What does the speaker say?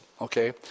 okay